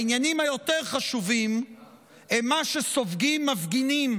העניינים היותר-חשובים הם מה שסופגים מפגינים